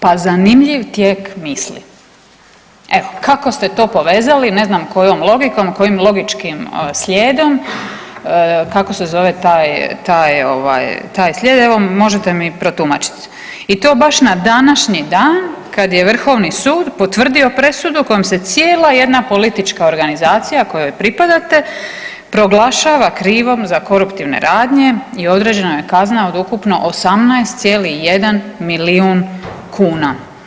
Pa zanimljiv tijek misli, evo kako ste to povezali ne znam kojom logikom, kojim logičkim slijedom, kako se zove taj ovaj slijed, evo možete mi protumačiti i to baš na današnji dan kad je vrhovni sud potvrdio presudu kojom se cijela jedna politička organizacija kojoj pripadate proglašava krivom za koruptivne radnje i određena je kazna od ukupno 18,1 milijun kuna.